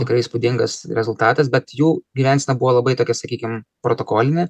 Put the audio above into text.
tikrai įspūdingas rezultatas bet jų gyvensena buvo labai tokia sakykim protokolinė